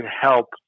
help